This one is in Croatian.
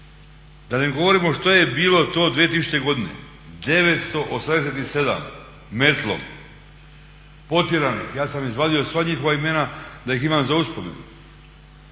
da ne govorimo šta je bilo to 2000. godine, 987 metlom potjeranih. Ja sam izvadio sva njihova imena da ih imam za uspomenu